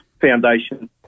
foundation